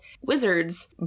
wizards